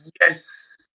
yes